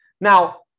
Now